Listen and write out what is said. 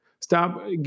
Stop